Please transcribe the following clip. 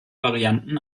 varianten